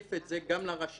נציף את זה גם לרשם.